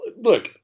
look